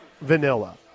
vanilla